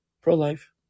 Pro-life